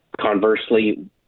Conversely